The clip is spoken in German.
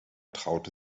traute